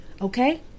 Okay